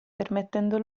permettendo